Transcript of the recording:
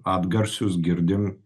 atgarsius girdim